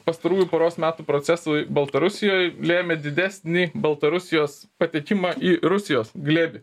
pastarųjų poros metų procesui baltarusijoj lėmė didesnį baltarusijos patekimą į rusijos glėbį